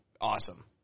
awesome